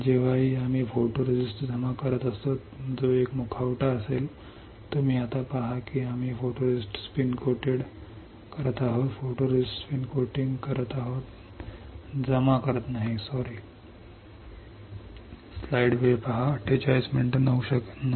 जेव्हाही आम्ही फोटोरेस्टिस्ट जमा करत असतो जो एक मुखवटा असेल तुम्ही पाहता की आम्ही स्पिन कोटिंग फोटोरिस्टिस्ट आहोत सॉरी स्पिन कोटिंग फोटोरिस्टिस्ट जमा करत नाही